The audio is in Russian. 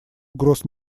угроз